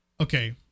okay